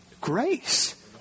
grace